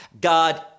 God